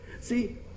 See